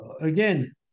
again